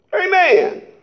Amen